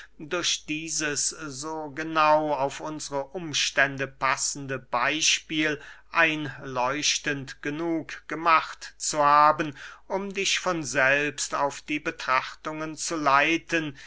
durch dieses so genau auf unsre umstände passende beyspiel einleuchtend genug gemacht zu haben um dich von selbst auf die betrachtungen zu leiten